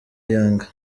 yanga